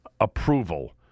approval